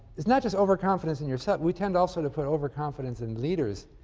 it's not just overconfidence in yourself we tend also to put overconfidence in leaders.